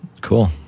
Cool